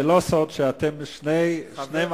זה לא סוד שאתם שני מחנות.